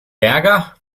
ärger